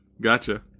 Gotcha